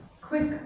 Quick